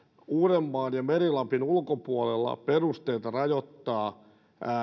uudenmaan ja meri lapin ulkopuolella perusteita rajoittaa